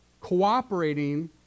cooperating